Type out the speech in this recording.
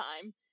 time